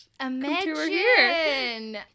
Imagine